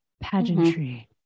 Pageantry